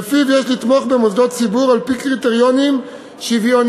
שלפיו יש לתמוך במוסדות ציבור על-פי קריטריונים שוויוניים,